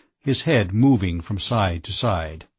his head moving from side to side.